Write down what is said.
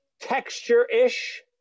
texture-ish